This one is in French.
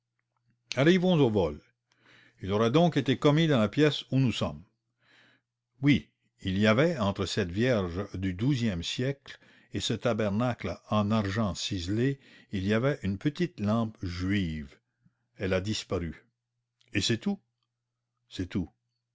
arrivons au vol il aurait donc été commis dans la pièce où nous sommes oui il y avait ici entre cette vierge du xii e siècle et ce tabernacle en argent ciselé il y avait une petite lampe juive elle a disparu et c'est tout c'est tout